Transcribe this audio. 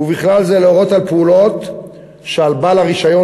ובכלל זה להורות על פעולות שעל בעל הרישיון